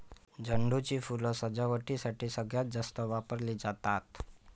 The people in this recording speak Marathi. झेंडू ची फुलं सजावटीसाठी सगळ्यात जास्त वापरली जातात